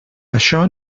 això